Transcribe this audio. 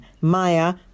Maya